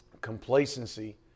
complacency